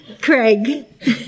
Craig